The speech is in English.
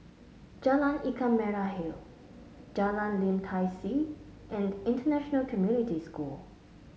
Jalan Ikan Merah Hill Jalan Lim Tai See and International Community School